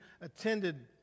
attended